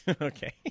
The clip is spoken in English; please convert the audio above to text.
Okay